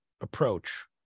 approach